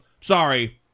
Sorry